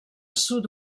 sud